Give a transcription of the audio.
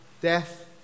death